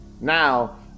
Now